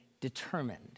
determined